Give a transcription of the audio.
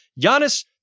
Giannis